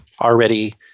already